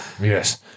Yes